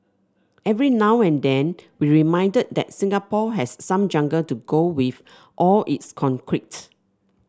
every now and then we're reminded that Singapore has some jungle to go with all its concrete